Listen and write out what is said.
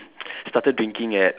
started drinking at